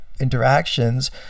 interactions